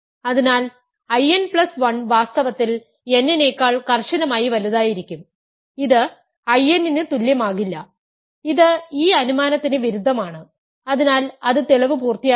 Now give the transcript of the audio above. അതിനാൽ In plus 1 വാസ്തവത്തിൽ n നെക്കാൾ കർശനമായി വലുതായിരിക്കും ഇത് In ന് തുല്യമാകില്ല ഇത് ഈ അനുമാനത്തിന് വിരുദ്ധമാണ് അതിനാൽ അത് തെളിവ് പൂർത്തിയാക്കുന്നു